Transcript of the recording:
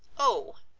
oh,